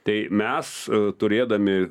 tai mes turėdami